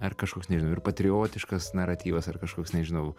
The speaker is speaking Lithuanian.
ar kažkoks nežinau ir patriotiškas naratyvas ar kažkoks nežinau